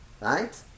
right